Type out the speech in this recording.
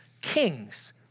kings